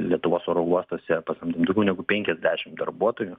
lietuvos oro uostuose pasamdėm daugiau negu penkiasdešimt darbuotojų